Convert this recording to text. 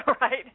right